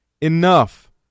enough